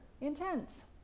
intense